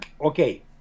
Okay